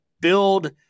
build